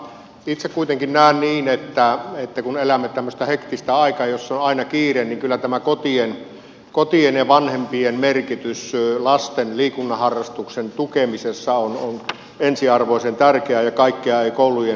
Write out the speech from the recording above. itse kuitenkin näen niin että kun elämme tämmöistä hektistä aikaa jossa on aina kiire niin kyllä tämä kotien ja vanhempien merkitys lasten liikunnan harrastuksen tukemisessa on ensiarvoisen tärkeä ja kaikkea ei koulujen syliin voida kaataa